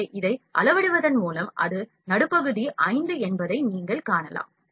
எனவே இதை அளவிடுவதன் மூலம் அது நடுப்பகுதி 5 என்பதை நீங்கள் காணலாம்